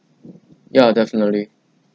ya definitely